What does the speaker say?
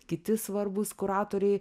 kiti svarbūs kuratoriai